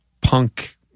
punk